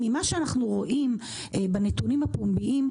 ממה שאנחנו רואים בנתונים הפומביים,